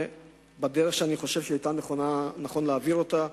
בדרך שאני חושב שהיה נכון להעביר אותה,